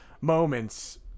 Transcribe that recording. moments